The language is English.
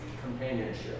companionship